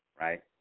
right